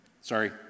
Sorry